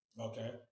Okay